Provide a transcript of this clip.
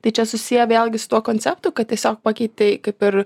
tai čia susiję vėlgi su tuo konceptu kad tiesiog pakeitei kaip ir